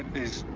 is.